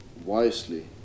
wisely